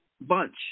bunch